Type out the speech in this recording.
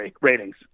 ratings